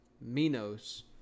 Minos